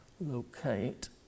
locate